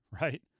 right